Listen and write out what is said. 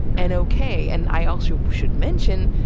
and okay. and i also should mention,